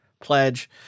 pledge